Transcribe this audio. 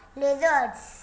lizards